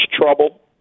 trouble